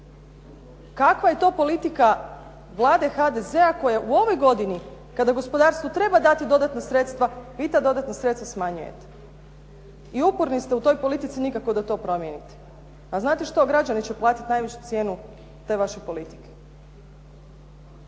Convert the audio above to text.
Kakva je to politika vlade HDZ-a koja u ovoj godini kada gospodarstvu treba dati dodatna sredstva, vi ta dodatna sredstva smanjujete. I uporni ste u toj politici nikako da to promijenite. A znate što građani će platiti najveću cijenu te vaše politike.